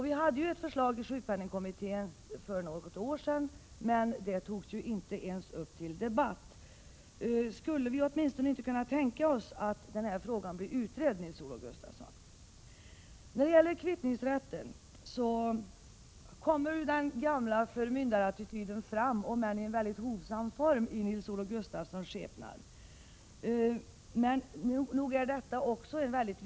Vi hade ett förslag i sjukpenningkommittén för något år sedan. Det togs emellertid inte ens upp till debatt. Nils-Olof Gustafsson, skulle vi åtminstone inte kunna tänka oss att denna fråga utreds? När det gäller kvittningsrätten kommer den gamla förmyndarattityden fram, om än i mycket hovsam form i Nils-Olof Gustafssons skepnad. Det är en mycket viktig fråga.